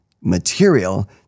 material